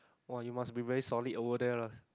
!wah! you must be very solid over there lah